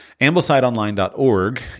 AmblesideOnline.org